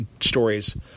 stories